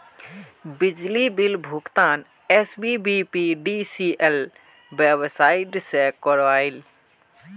बिजली बिल भुगतान SBPDCL website से क्रॉइल